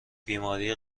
بیماری